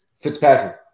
Fitzpatrick